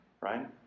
right